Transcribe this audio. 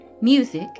Music